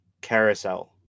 Carousel